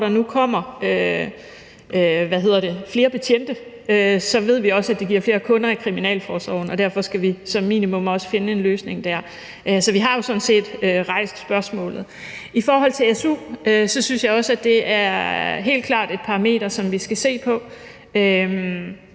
når der nu kommer flere betjente, giver det flere kunder i kriminalforsorgen, og derfor skal vi som minimum også finde en løsning der. Så vi har sådan set rejst spørgsmålet. I forhold til su synes jeg også at det helt klart er et parameter, som vi skal se på.